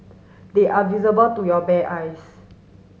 they are visible to your bare eyes